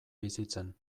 bizitzen